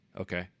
okay